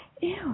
Ew